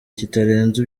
kitarenze